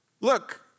Look